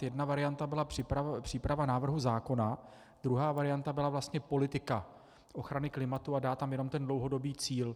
Jedna varianta byla příprava návrhu zákona, druhá varianta byla vlastně politika ochrany klimatu a dát tam jenom ten dlouhodobý cíl.